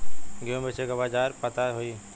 गेहूँ बेचे के बाजार पता होई?